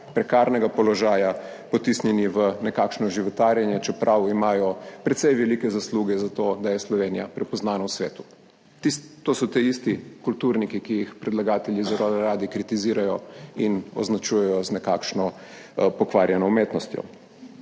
prekarnega položaja potisnjeni v nekakšno životarjenje, čeprav imajo precej velike zasluge za to, da je Slovenija prepoznana v svetu. To so ti isti kulturniki, ki jih predlagatelji zelo radi kritizirajo in označujejo z nekakšno pokvarjeno umetnostjo.